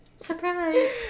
Surprise